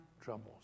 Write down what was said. troubles